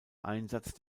einsatz